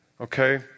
Okay